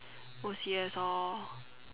O_C_S lor